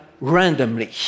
randomly